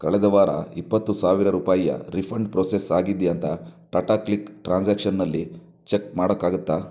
ಕಳೆದ ವಾರ ಇಪ್ಪತ್ತು ಸಾವಿರ ರೂಪಾಯಿಯ ರೀಫಂಡ್ ಪ್ರೋಸೆಸ್ ಆಗಿದೆಯಾ ಅಂತ ಟಾಟಾಕ್ಲಿಕ್ ಟ್ರಾನ್ಸಾಕ್ಷನ್ನಲ್ಲಿ ಚೆಕ್ ಮಾಡಕ್ಕಾಗತ್ತಾ